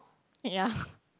ya